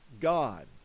God